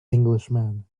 englishman